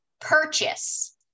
purchase